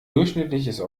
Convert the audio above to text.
durchschnittliches